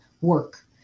work